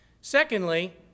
Secondly